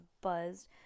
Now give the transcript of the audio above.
buzzed